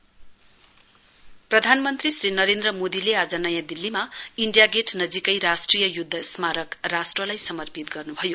PM प्रधानमन्त्री श्री नरेन्द्र मोदीले आज नयाँ दिल्लीमा इण्डिया गेट नजीकै राष्ट्रिय युध्द स्मारक राष्ट्रलाई समर्पित गर्नुभयो